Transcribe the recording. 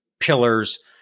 pillars